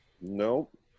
Nope